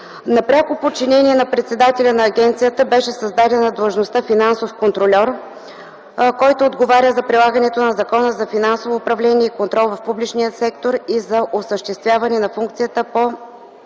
На пряко подчинение на председателя на агенцията беше създадена длъжността „финансов контрольор”, който отговаря за прилагането на Закона за финансово управление и контрол в публичния сектор и за осъществяване на функцията по